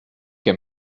que